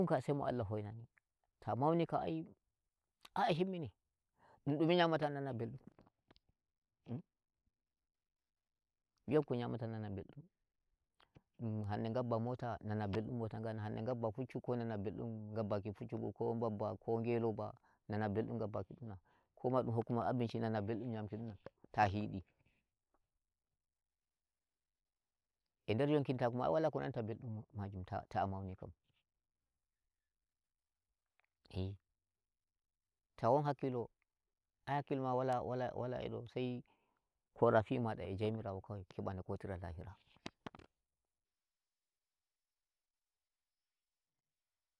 Dunkam sai mo Allah hoinani, ta mauni kam ai ai a himmini. Ɗun dume nyamata nan mɓeldum. Mbiyam ko nyamata nan mɓeldum, hande ngabba mota na nana mɓeldum mota nganna, hande ngabba puccu ko nana mɓeldum ngabbaki puccu gum, ko babba ko ngeloba nana bel dum maggakiga, ko bo dum hokku ma abinshi nana mɓeldum nyamuki dun ta hiidi. E nder yonkinta ai wala ko nanta mɓeldum ma majum ta ta'a mauni kam. Ta won hakkilo ai hakkilo ma wala wala wala edon sai korafi maɗa e jomirawo kawai keɓa no kotira lahira.